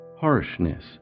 harshness